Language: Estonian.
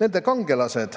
Nende kangelased